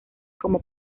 como